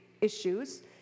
issues